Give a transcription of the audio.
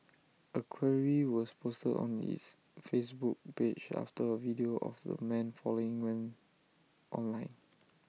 A query was posted on its Facebook page after A video of the man falling went online